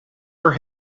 for